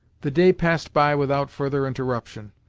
the day passed by without further interruption,